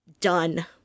done